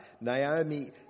Naomi